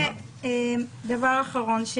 דבר אחרון,